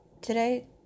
Today